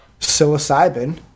psilocybin